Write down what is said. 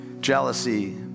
jealousy